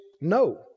no